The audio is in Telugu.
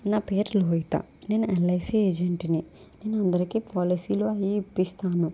నా పేరు లోహిత నేను ఎల్ఐసి ఏజెంట్ని నేను అందరికీ పాలసీలు అవి ఇప్పిస్తాను